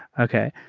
ok.